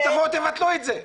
תבואו תבטלו את זה.